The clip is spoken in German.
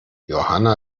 johanna